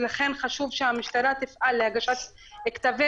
ולכן חשוב שהמשטרה תפעל להגשת כתבי